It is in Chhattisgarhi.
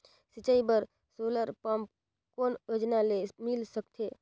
सिंचाई बर सोलर पम्प कौन योजना ले मिल सकथे?